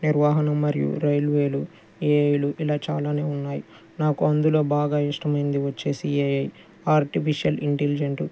నిర్వాహణ మరియు రైల్వేలు ఏఐలు ఇలా చాలానే ఉన్నాయి నాకు అందులో బాగా ఇష్టమైంది వచ్చేసి ఏఐ ఆర్టిఫిషల్ ఇంటెలిజంటు